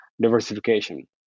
diversification